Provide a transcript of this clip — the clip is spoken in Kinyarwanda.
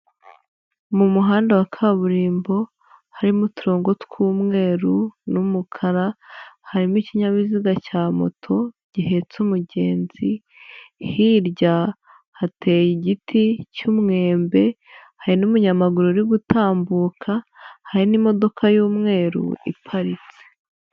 Mu muhanda wa kaburimbo harimo uturongo tw'umweru n'umukara, harimo ikinyabiziga cya moto gihetse umugenzi, hirya hateye igiti cy'umwembe, hari n'umunyamaguru uri gutambuka, hari n'imodoka y'umweru iparitse.